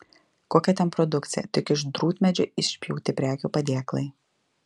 kokia ten produkcija tik iš drūtmedžio išpjauti prekių padėklai